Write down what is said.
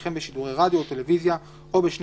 וכן בשידורי רדיו או טלוויזיה או בשני